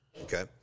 okay